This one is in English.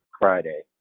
Friday